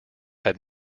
had